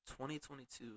2022